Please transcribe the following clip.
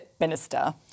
minister